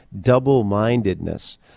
double-mindedness